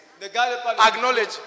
Acknowledge